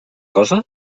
cosa